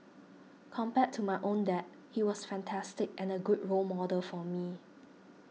compared to my own dad he was fantastic and a good role model for me